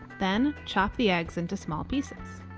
then chop the eggs into small pieces.